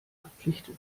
verpflichtet